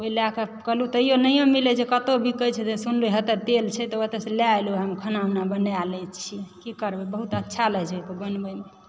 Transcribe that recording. ओहि लए कऽ कहलहुँ तैयो नहियो मिलै छै कतहुँ बिकाए छै जे सुनलियै जे ओएह तेल छै ओतऽसंँ लए एलहुँ हम खाना ओना बना लए छी की करबै बहुत अच्छा लागै छै ओहि पर बनबैमे